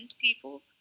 people